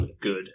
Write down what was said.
good